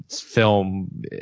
film